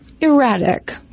erratic